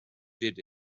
did